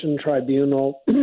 Tribunal